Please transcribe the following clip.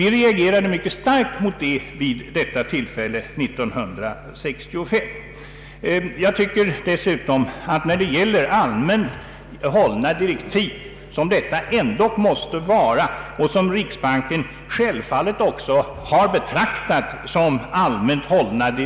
Vi reagerade mycket starkt häremot år 1965. Vidare måste man hålla i minnet att det här var fråga om allmänt hållna direktiv, och riksbanken har självfallet också betraktat dem som sådana.